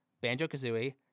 Banjo-Kazooie